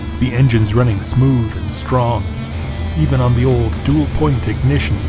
the engine's running smooth strong even on the old dual point ignition